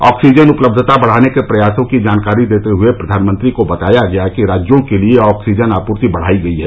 oxygen उपलब्धता बढ़ाने के प्रयासों की जानकारी देते हुए प्रधानमंत्री को बताया गया कि राज्यों के लिये ऑक्सीजन आपूर्ति बढ़ाई गई है